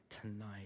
tonight